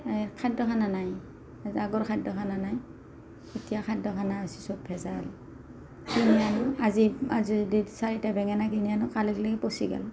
খাদ্য খানা নাই আগৰ খাদ্য খানা নাই এতিয়া খাদ্য খানা হৈছে চব ভেজাল আজি আজি চাৰিটা বেঙেনা কিনি আনিলোঁ কালিকলেগি পচি গেল